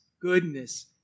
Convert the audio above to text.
goodness